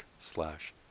slash